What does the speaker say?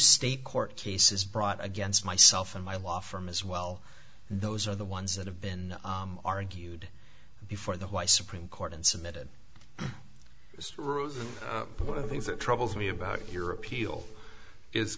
state court cases brought against myself and my law firm as well those are the ones that have been argued before the why supreme court and submitted was one of the things that troubles me about your appeal is